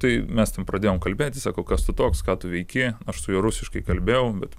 tai mes ten pradėjom kalbėti sako kas tu toks ką tu veiki aš su juo rusiškai kalbėjau bet